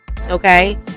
Okay